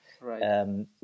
Right